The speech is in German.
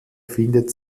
findet